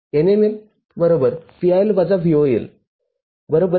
NML VIL - VOL ०